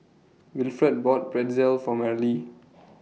Wilford bought Pretzel For Marlie